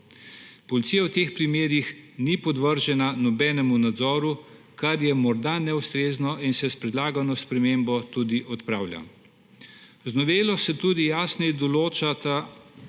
Policija v teh primerih ni podvržena nobenemu nadzoru, kar je morda neustrezno in se s predlagano spremembo tudi odpravlja. Z novelo se tudi jasneje določata